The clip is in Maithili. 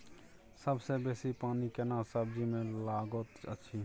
सबसे बेसी पानी केना सब्जी मे लागैत अछि?